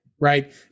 right